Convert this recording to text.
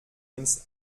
ins